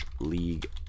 League